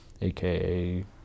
AKA